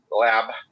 Lab